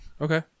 okay